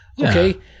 Okay